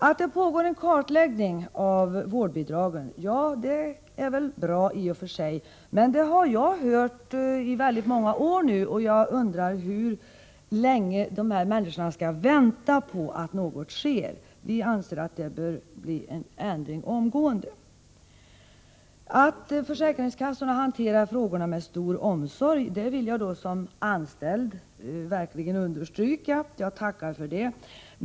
Att det pågår en kartläggning av vårdbidragen är i och för sig bra, men det har jag hört i många år nu, och jag undrar hur länge de berörda människorna skall vänta på att något sker. Vi anser att det bör bli en ändring omgående. Som anställd vill jag verkligen understryka att försäkringskassorna hanterar frågorna med stor omsorg, och jag tackar för det.